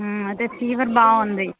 అదే ఫీవర్ బాగుంది